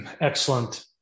Excellent